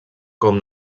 com